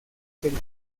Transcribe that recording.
del